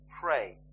pray